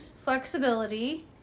flexibility